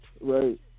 Right